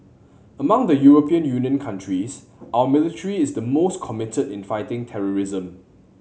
among the European Union countries our military is the most committed in fighting terrorism